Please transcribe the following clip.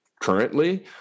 currently